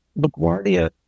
laguardia